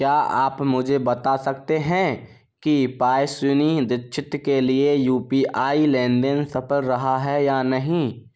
क्या आप मुझे बता सकते हैं कि पायस्विनी दीक्षित के लिए यू पी आई लेनदेन सफल रहा है या नहीं